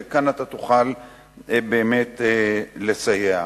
כאן תוכל באמת לסייע.